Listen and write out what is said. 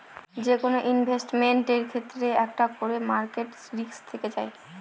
যেকোনো ইনভেস্টমেন্টের ক্ষেত্রে একটা করে মার্কেট রিস্ক থেকে যায়